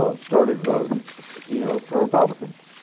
um started voting you know for republicans.